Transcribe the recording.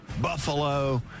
Buffalo